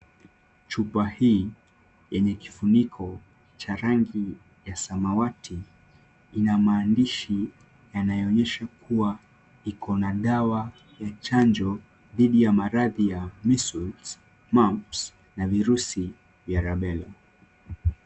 Chupa hii yenye kifuniko cha rangi ya samawati. Ina maandishi yanayoonyesha kuwa iko na dawa ya chanjo dhidi ya maradhi ya measles, mumps na virusi vya rubella .